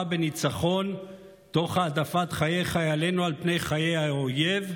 בניצחון תוך העדפת חיי חיילינו על פני חיי האויב?